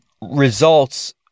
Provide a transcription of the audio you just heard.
results